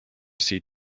sea